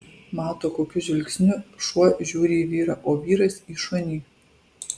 mato kokiu žvilgsniu šuo žiūri į vyrą o vyras į šunį